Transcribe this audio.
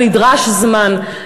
אבל נדרש זמן.